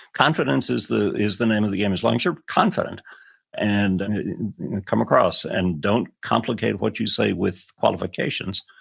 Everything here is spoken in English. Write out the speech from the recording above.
confidence is the is the name of the game. as long as you're confident and and come across and don't complicate what you say with qualifications,